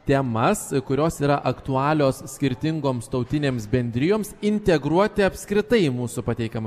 temas kurios yra aktualios skirtingoms tautinėms bendrijoms integruoti apskritai į mūsų pateikiamą